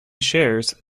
shares